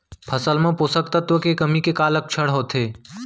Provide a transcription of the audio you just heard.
फसल मा पोसक तत्व के कमी के का लक्षण होथे?